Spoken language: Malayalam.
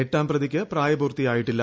എട്ടാം പ്രതിക്ക് പ്രായപൂർത്തിയായിട്ടില്ല